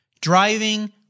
driving